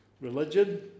Religion